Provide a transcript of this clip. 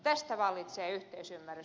tästä vallitsee yhteisymmärrys